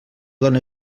dona